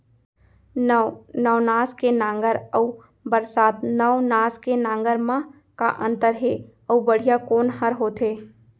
नौ नवनास के नांगर अऊ बरसात नवनास के नांगर मा का अन्तर हे अऊ बढ़िया कोन हर होथे?